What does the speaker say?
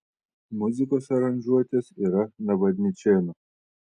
muzikos aranžuotės yra navadničėno